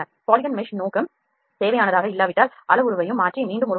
polygon mesh நோக்கம் தேவையானதாக இல்லாவிட்டால் அளவுருவை மாற்றி மீண்டும் உருவாக்கவும்